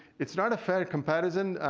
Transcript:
it's not a fair comparison.